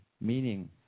meaning